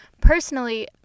personally